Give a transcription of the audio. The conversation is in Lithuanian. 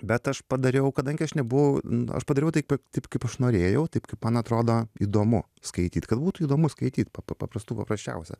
bet aš padariau kadangi aš nebuvau aš padariau taip pat taip kaip aš norėjau taip kaip man atrodo įdomu skaityt kad būtų įdomu skaityt pa pa paprastų paprasčiausia